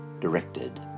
Directed